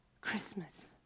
Christmas